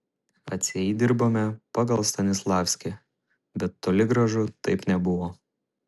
atseit dirbome pagal stanislavskį bet toli gražu taip nebuvo